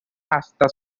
hasta